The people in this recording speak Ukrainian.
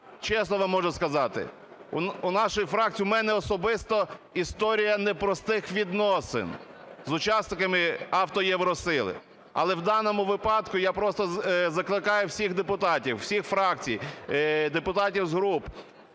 Чесно вам можу сказати, у нашої фракції, у мене особисто, історія непростих відносин з учасниками "АвтоЄвроСили". Але в даному випадку я просто закликаю всіх депутатів всіх фракцій, депутатів з груп,